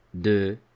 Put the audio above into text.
de